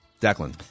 Declan